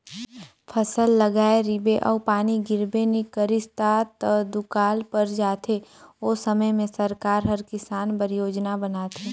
फसल लगाए रिबे अउ पानी गिरबे नी करिस ता त दुकाल पर जाथे ओ समे में सरकार हर किसान बर योजना बनाथे